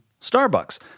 Starbucks